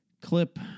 clip